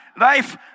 life